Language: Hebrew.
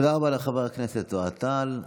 תודה לחבר הכנסת אוהד טל.